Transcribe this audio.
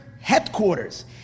headquarters